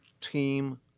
team